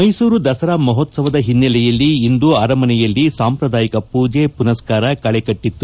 ಮೈಸೂರು ದಸರಾ ಮಹೋತ್ಸವದ ಹಿನ್ನೆಲೆಯಲ್ಲಿ ಇಂದು ಅರಮನೆಯಲ್ಲಿ ಸಾಂಪ್ರದಾಯಿಕ ಪೂಜೆ ಮನಸ್ಥಾರ ಕಳೆಕಟ್ಟತ್ತು